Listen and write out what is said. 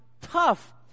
tough